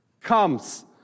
comes